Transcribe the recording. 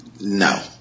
no